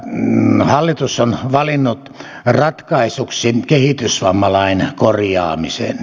hallitus on valinnut ratkaisuksi kehitysvammalain korjaamisen